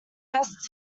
best